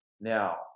now